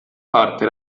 parte